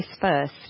first